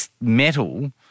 metal